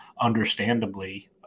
understandably